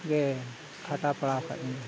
ᱜᱮ ᱠᱷᱟᱴᱟᱣ ᱯᱟᱲᱟᱣ ᱟᱠᱟᱫ ᱞᱤᱧᱟᱹ